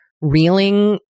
reeling